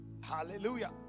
hallelujah